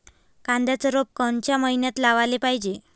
कांद्याचं रोप कोनच्या मइन्यात लावाले पायजे?